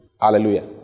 Hallelujah